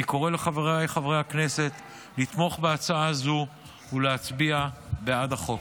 אני קורא לחבריי חברי הכנסת לתמוך בהצעה זו ולהצביע בעד החוק.